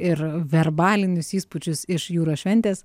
ir verbalinius įspūdžius iš jūros šventės